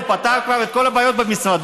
הוא פתר כבר את כל הבעיות במשרדו?